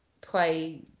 play